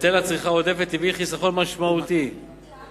היטל הצריכה העודפת הביא חיסכון משמעותי, כמה?